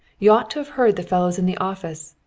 y'ought to have heard the fellows in the office.